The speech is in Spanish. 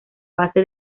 base